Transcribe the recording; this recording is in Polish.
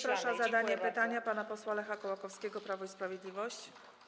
Proszę o zadanie pytania pana posła Lecha Kołakowskiego, Prawo i Sprawiedliwość.